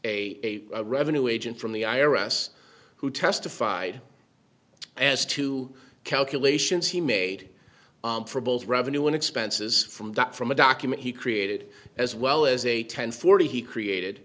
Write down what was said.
a revenue agent from the i r s who testified as to calculations he made for both revenue and expenses from that from a document he created as well as a ten forty he created